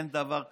אין דבר כזה.